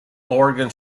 oregon